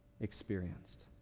experienced